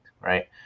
Right